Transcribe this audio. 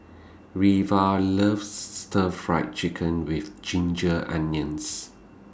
Reva loves Stir Fried Chicken with Ginger Onions